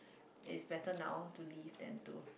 it's better now to leave than to